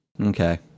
Okay